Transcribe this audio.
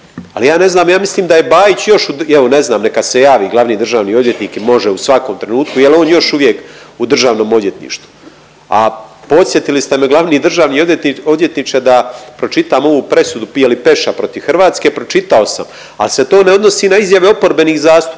Ali ja ne znam, ja mislim da je Bajić još, evo ne znam neka se javi glavni državni odvjetnik i može u svakom trenutku, jel on još uvijek u državnom odvjetništvu? A podsjetili ste me glavni državni odvjetniče da pročitam ovu presudu Peša protiv Hrvatske, pročitao sam, al se to ne odnosi na izjave oporbenih zastupnika